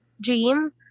dream